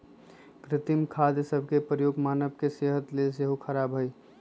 कृत्रिम खाद सभ के प्रयोग मानव के सेहत के लेल सेहो ख़राब हइ